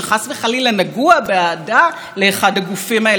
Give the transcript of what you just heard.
שמסיתים נגדם ברשעות ובזדון.